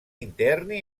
interni